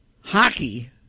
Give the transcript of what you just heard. hockey